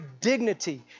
dignity